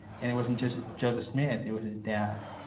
and it wasn't just joseph smith. it was his dad.